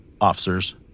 officers